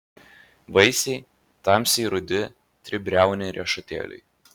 vaisiai tamsiai rudi tribriauniai riešutėliai